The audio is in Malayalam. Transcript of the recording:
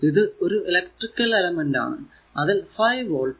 ഇത് ഒരു ഇലെക്ട്രിക്കൽ എലെമെന്റ് ആണ് അതിൽ 5 വോൾട്